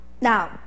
Now